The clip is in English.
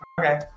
Okay